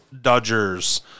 Dodgers